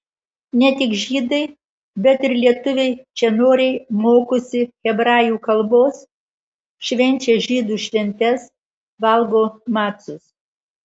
ne tik žydai bet ir lietuviai čia noriai mokosi hebrajų kalbos švenčia žydų šventes valgo macus